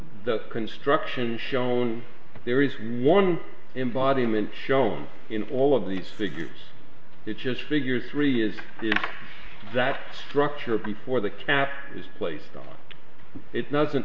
the construction shown there is one embodiment shown in all of these figures it just figures three is the exact structure before the cap is placed on it doesn't